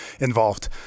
involved